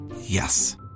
Yes